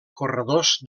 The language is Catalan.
corredors